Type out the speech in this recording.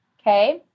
okay